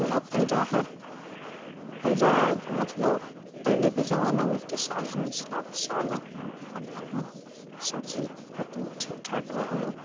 इएह फायदा हइ फायदा हइ मतलब पहिलेके जमानामे एते साधन नहि छलै अभी साधन हइ बढ़िआँ हइ सब चीज मतलब ठीक ठाक रहय हइ